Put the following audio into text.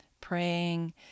praying